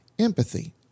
empathy